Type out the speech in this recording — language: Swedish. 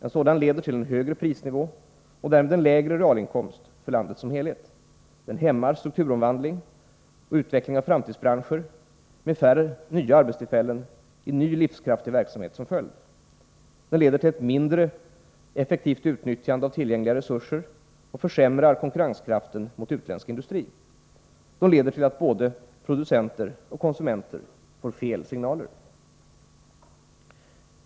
En sådan leder till en högre prisnivå — och därmed lägre realinkomst — för landet som helhet. Den hämmar strukturomvandling och utveckling av framtidsbranscher med färre nya arbetstillfällen i ny livskraftig verksamhet som följd. Den leder till ett mindre effektivt utnyttjande av tillgängliga resurser och försämrar konkurrenskraften mot utländsk industri. Den leder till att både producenter och konsumenter får fel signaler.